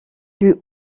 lui